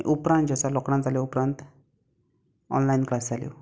उपरांत जें आसा लोकडावन जालें उपरांत ऑनलायन क्लास जाल्यो